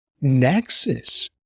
nexus